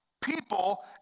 people